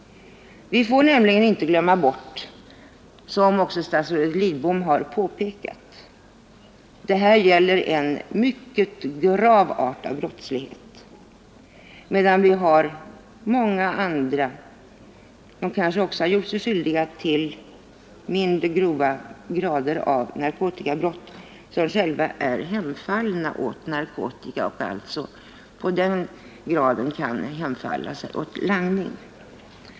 Vi får nämligen inte glömma bort, som statsrådet Lidbom också har påpekat, att det här gäller mycket grav brottslighet och inte de många människor som kanske har gjort sig skyldiga till mindre grava narkotikabrott men som själva är hemfallna åt narkotikamissbruk och alltså av den anledningen ofta gör sig skyldiga till langning.